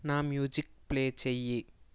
నా music play చెయ్యి